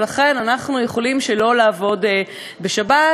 ולכן אנחנו יכולים שלא לעבוד בשבת,